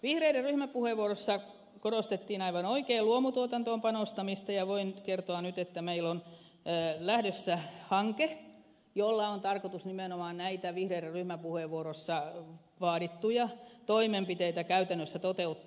vihreiden ryhmäpuheenvuorossa korostettiin aivan oikein luomutuotantoon panostamista ja voin kertoa nyt että meillä on lähdössä hanke jossa on tarkoitus nimenomaan näitä vihreiden ryhmäpuheenvuorossa vaadittuja toimenpiteitä käytännössä toteuttaa